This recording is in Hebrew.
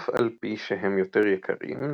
אף על פי שהם יותר יקרים,